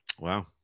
Wow